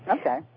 Okay